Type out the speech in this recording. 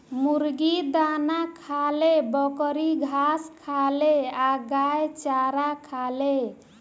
मुर्गी दाना खाले, बकरी घास खाले आ गाय चारा खाले